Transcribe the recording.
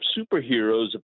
superheroes